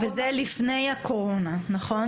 וזה לפני הקורונה, נכון?